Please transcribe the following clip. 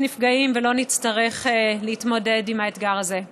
נפגעים ולא נצטרך להתמודד עם האתגר הזה.